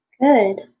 Good